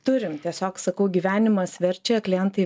turim tiesiog sakau gyvenimas verčia klientai